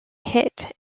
hit